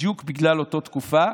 בדיוק בגלל אותה תקופה.